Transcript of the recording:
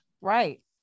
Right